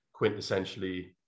quintessentially